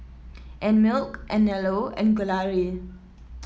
Einmilk Anello and Gelare